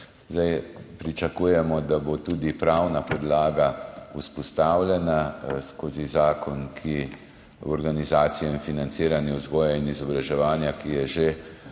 Zdaj, pričakujemo, da bo tudi pravna podlaga vzpostavljena skozi zakon, ki [ureja] organizacijo in financiranje vzgoje in izobraževanja, ki je že v